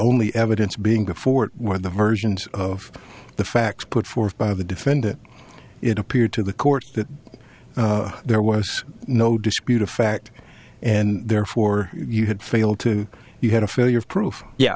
only evidence being before one of the versions of the facts put forth by the defendant it appeared to the court that there was no dispute of fact and therefore you had failed to you had a failure of proof yeah